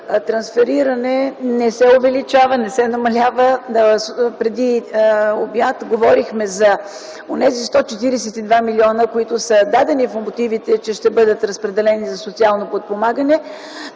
трансфериране – не се увеличава и не се намалява. Преди обяд говорихме за 142 млн. лв., които са дадени в мотивите, че ще бъдат разпределени за социално подпомагане.